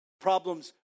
Problems